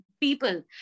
people